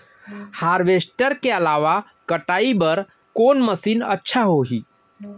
Harvester के अलावा कटाई बर कोन मशीन अच्छा होही?